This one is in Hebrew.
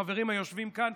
החברים היושבים כאן,